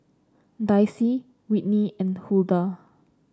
Dicy Whitney and Huldah